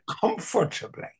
comfortably